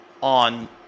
on